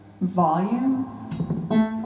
volume